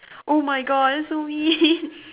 oh my god that's so mean